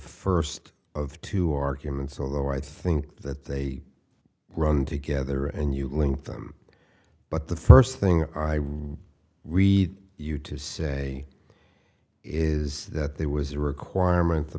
first of two arguments although i think that they run together and you link them but the first thing i would read you to say is that there was a requirement